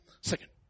Second